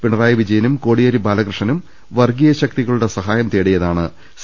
പിണറായി വിജയനും കോടിയേരി ബാലകൃഷ്ണനും വർഗീയ ശക്തികളുടെ സഹായം തേടിയതാണ് സി